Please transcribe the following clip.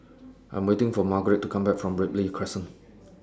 I'm waiting For Margaret to Come Back from Ripley Crescent